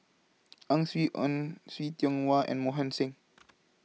Ang Swee Aun See Tiong Wah and Mohan Singh